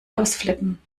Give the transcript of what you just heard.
ausflippen